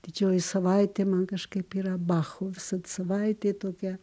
didžioji savaitė man kažkaip yra bachų visad savaitė tokia